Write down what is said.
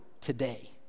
today